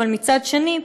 אבל מצד שני,